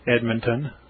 Edmonton